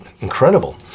incredible